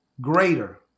greater